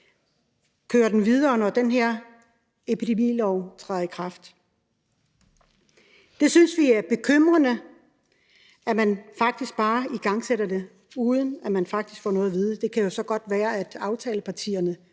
Kører den videre, når den her epidemilov træder i kraft? Det synes vi er bekymrende, altså at man faktisk bare igangsætter det, uden at vi får noget at vide. Det kan jo så godt være, at aftalepartierne